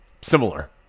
similar